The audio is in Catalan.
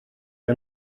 que